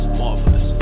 marvelous